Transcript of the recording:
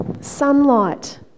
sunlight